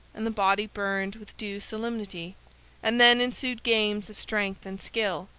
and the body burned with due solemnity and then ensued games of strength and skill,